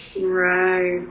Right